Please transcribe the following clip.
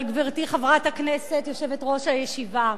אבל, גברתי, חברת הכנסת יושבת-ראש הישיבה,